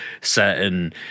certain